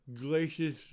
glaciers